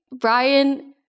Brian